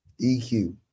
EQ